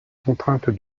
contrainte